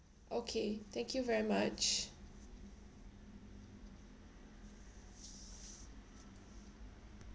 okay thank you very much